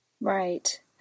Right